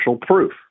proof